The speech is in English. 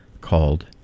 called